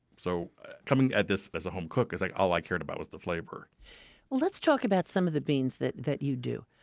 so coming at this as a home cook, like all i cared about was the flavor let's talk about some of the beans that that you do.